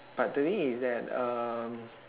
but the thing is that um